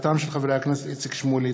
בהצעתם של חברי הכנסת מיקי לוי,